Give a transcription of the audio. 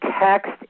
text